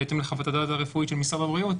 בהתאם לחוות הדעת הרפואית של משרד הבריאות,